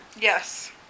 Yes